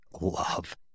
love